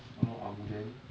ya lor abuden